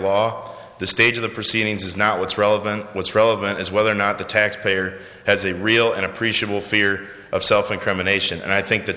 law the stage of the proceedings is not what's relevant what's relevant is whether or not the taxpayer has a real an appreciable fear of self incrimination and i think the